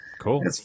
Cool